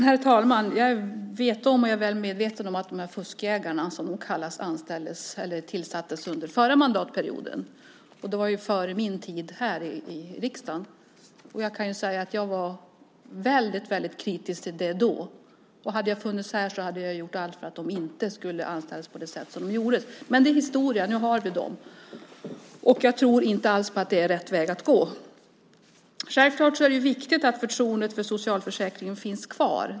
Herr talman! Jag är väl medveten om att de här fuskjägarna, som de kallas, anställdes under förra mandatperioden. Det var före min tid här i riksdagen. Jag kan säga att jag var väldigt kritisk till det då. Hade jag funnits här hade jag gjort allt för att de inte skulle anställas på det sätt som skedde. Men det är historia, nu har vi dem. Jag tror inte alls att det är rätt väg att gå. Självklart är det viktigt att förtroendet för socialförsäkringen finns kvar.